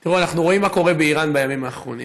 תראו, אנחנו רואים מה קורה באיראן בימים האחרונים.